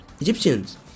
Egyptians